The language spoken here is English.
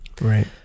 Right